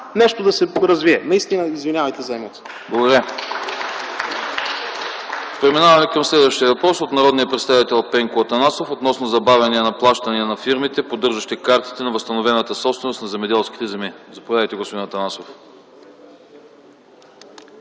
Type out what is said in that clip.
от ГЕРБ.) ПРЕДСЕДАТЕЛ АНАСТАС АНАСТАСОВ: Благодаря. Преминаваме към следващия въпрос от народния представител Пенко Атанасов относно забавяния на плащания на фирмите, поддържащи картите на възстановената собственост на земеделските земи. Заповядайте, господин Атанасов.